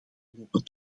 lopen